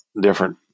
different